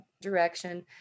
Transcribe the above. direction